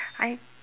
I